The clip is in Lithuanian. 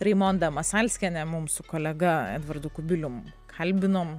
raimonda masalskienė mums su kolega edvardu kubilium kalbinom